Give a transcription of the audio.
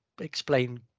explain